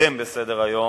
הקודם בסדר-היום,